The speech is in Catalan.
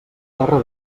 terra